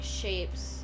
shapes